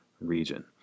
region